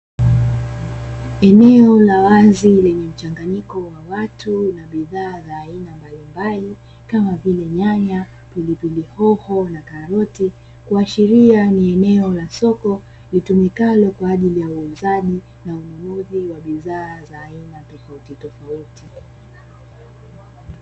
Eneo la wazi lenye mchanganyiko wa watu na bidhaa za aina mbalimbali kama vile nyanya, pilipili hoho na karoti kuashiria ni eneo la soko litumikalo kwa ajili ya uuzaji na ununuzi wa bidhaa za aina tofauti tofauti.